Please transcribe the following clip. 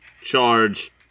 charge